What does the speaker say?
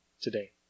today